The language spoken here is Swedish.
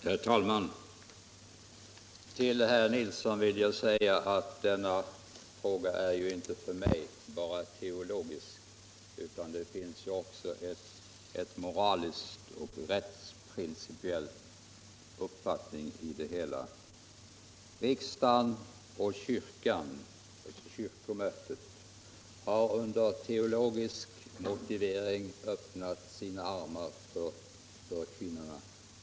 Herr talman! Till herr Nilsson i Agnäs vill jag säga att denna fråga för mig inte är bara teologisk utan också har en moralisk och rättsprincipiell aspekt. Riksdagen och kyrkomötet har med teologisk motivering öppnat kyrkans armar för kvinnorna.